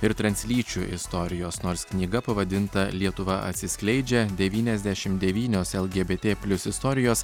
ir translyčių istorijos nors knyga pavadinta lietuva atsiskleidžia devyniasdešim devynios lgbt plius istorijos